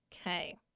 Okay